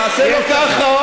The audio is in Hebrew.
תעשה לו ככה,